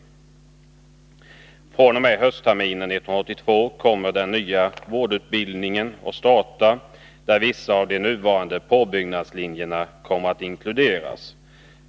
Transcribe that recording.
fr.o.m. höstterminen 1982 kommer den nya vårdutbildningen att starta där vissa av de nuvarande påbyggnadslinjerna kommer att inkluderas.